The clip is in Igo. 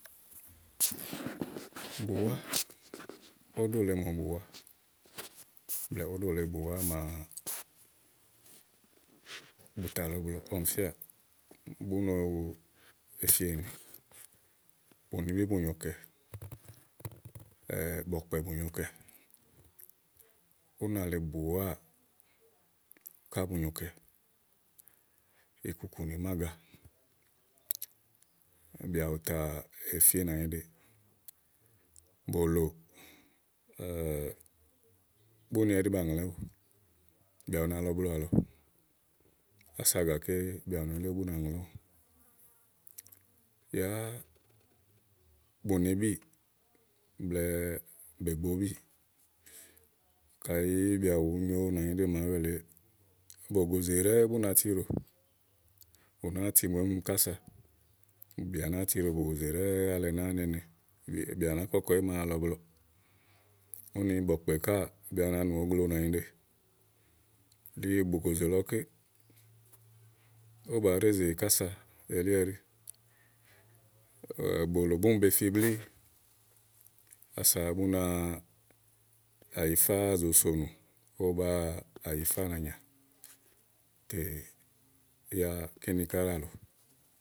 óɖò lèe mò bùwá blɛ̀ɛ óɖò lèe bùwá màa bù tà lɔ iblɔ ɔmi fíà, bù no, efi ènì bùnibì bù nyokɛ, bɔ̀kpɛ̀ bù nyokɛ. únà lèe bùwáà, ká bù nyokɛ ìkùkù nì máàgá bìà bù tà efi nà nyiɖeè. lɔ̀dò búni ɛɖí ba ŋlɛ̀ówò. bìà u na lɔ iblɔ àlɔ, ása gàké bìà u ne líéwu bú na ŋlɛ̀ówò, yá bùnibíì blɛ̀ɛ bègbobíì, káyi bìà bù nyo nànyiɖe màa alɛ bògòzè ɖɛ́ɛ́ bìà nàáa tiɖò alɛ nàáa ne tu ìmùèmi kása bìà nàáa tiɖò ògòzè ɖɛ́ɛ́ alɛ nàáa nene bìà bàáa kɔkɔ émáa lɔ iblɔɔ̀. úni bɔ̀kpɛ̀ káà bìà u na nù ogloò nànyiɖe li bògòzè lɔké ówó bàáá ɖezè kása elí ɛɖí. bòlò búni be fi blíí ása bú náa àyifá zòo sonù, ówó báa àyifá nàanyà ètèyá kíni ká ɖálɔ̀ɔ.